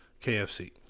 KFC